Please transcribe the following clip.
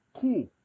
Cool